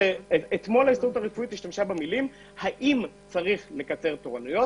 אתמול ההסתדרות הרפואית השתמשה במילים "האם צריך לקצר תורנויות,